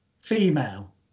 female